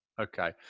Okay